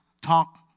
talk